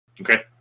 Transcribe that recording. Okay